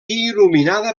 il·luminada